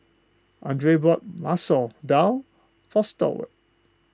andrae bought Masoor Dal for Stewart